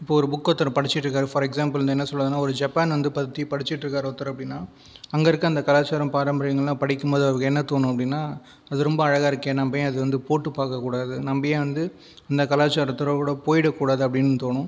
இப்போது ஒரு புக் ஒருத்தர் படிச்சுட்டு இருக்கார் ஃபார் எக்ஸாம்பிள் வந்து என்ன சொல்கிறதுன்னா ஒரு ஜப்பான் வந்து பற்றி படிச்சுட்டு இருக்கார் ஒருத்தர் அப்படின்னால் அங்கே இருக்கிற அந்த கலாச்சாரம் பாரம்பரியங்களெல்லாம் படிக்கும் போது அவருக்கு என்ன தோணும் அப்படின்னால் அது ரொம்ப அழகாக இருக்கே நம்ம ஏன் அது வந்து போட்டு பார்க்கக் கூடாது நம்ம ஏன் வந்து இந்த கலாச்சாரத்தோடு போய்விடக்கூடாது அப்படின்னு தோணும்